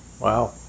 Wow